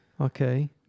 Okay